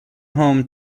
home